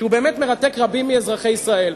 שמרתק רבים מאזרחי ישראל.